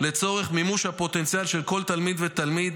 לצורך מימוש הפוטנציאל של כל תלמיד ותלמיד